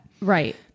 Right